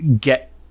get